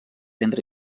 entre